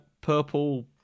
purple